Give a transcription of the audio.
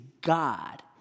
God